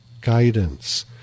guidance